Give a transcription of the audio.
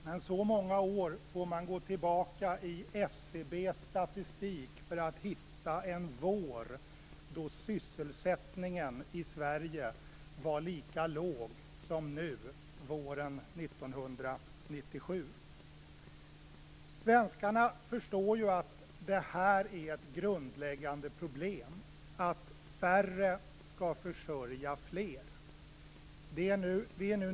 Men så många år får man gå tillbaka i SCB:s statistik för att hitta en vår då sysselsättningen i Sverige var lika låg som nu, våren Svenskarna förstår att detta är ett grundläggande problem - att färre skall försörja fler.